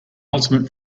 ultimate